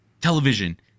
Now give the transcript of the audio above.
television